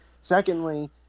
Secondly